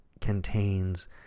contains